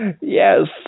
Yes